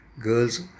girls